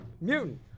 Mutant